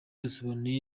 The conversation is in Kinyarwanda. yasobanuye